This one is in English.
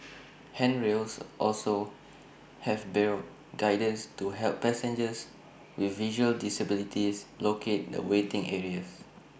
handrails also have braille guidance to help passengers with visual disabilities locate the waiting areas